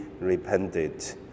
repented